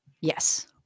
yes